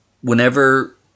whenever